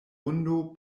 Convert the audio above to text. hundo